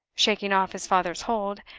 shaking off his father's hold,